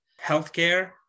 healthcare